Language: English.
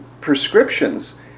prescriptions